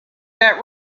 that